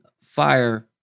fire